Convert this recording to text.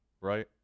right